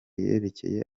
yerekeye